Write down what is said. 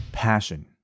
passion